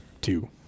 Two